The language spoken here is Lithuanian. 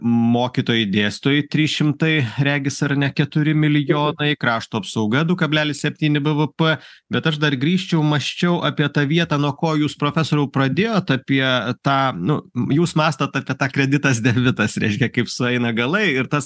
mokytojai dėstytojai trys šimtai regis ar ne keturi milijonai krašto apsauga du kablelis septyni bvp bet aš dar grįžčiau mąsčiau apie tą vietą nuo ko jūs profesoriau pradėjot apie tą nu jūs mąstot apie tą kreditas debitas reiškia kaip sueina galai ir tas